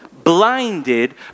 blinded